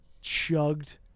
chugged